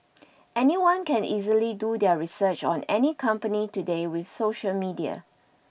anyone can easily do their research on any company today with social media